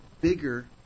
bigger